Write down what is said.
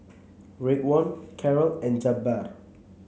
Raekwon Carrol and Jabbar